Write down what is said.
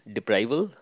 Deprival